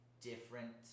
different